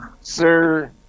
Sir